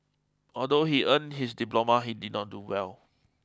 although he earned his diploma he did not do well